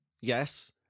yes